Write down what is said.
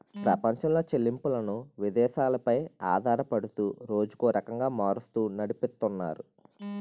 ప్రపంచంలో చెల్లింపులను విదేశాలు పై ఆధారపడుతూ రోజుకో రకంగా మారుస్తూ నడిపితున్నారు